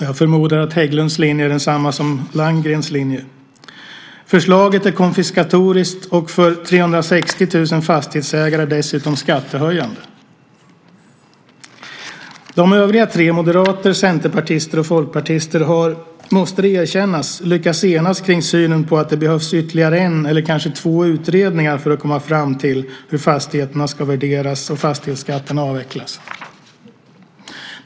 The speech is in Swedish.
Jag förmodar att Hägglunds linje är densamma som Landgrens linje. Förslaget är konfiskatoriskt och dessutom skattehöjande för 360 000 fastighetsägare. De övriga tre, moderater, centerpartister och folkpartister, har - måste det erkännas - lyckats enas kring synen på att det behövs ytterligare en eller kanske två utredningar för att komma fram till hur fastigheterna ska värderas och fastighetsskatten avvecklas.